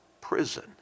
prison